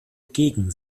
gegen